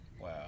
Wow